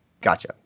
Gotcha